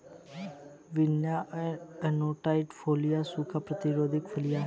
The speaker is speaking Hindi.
विग्ना एकोनाइट फोलिया सूखा प्रतिरोधी फलियां हैं